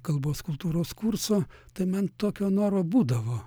kalbos kultūros kursą tai man tokio noro būdavo